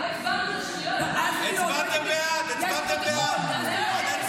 לא הצבענו --- הצבעתם בעד, הצבעתם בעד.